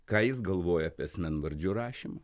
ką jis galvoja apie asmenvardžių rašymą